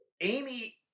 Amy